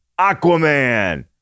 Aquaman